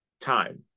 time